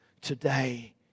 Today